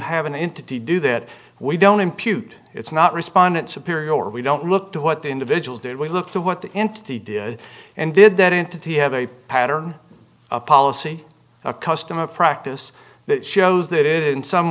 have an into to do that we don't impute it's not respondent superior or we don't look to what the individual did we look to what the entity did and did that into t have a pattern a policy a custom a practice that shows that in some